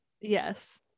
Yes